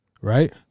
right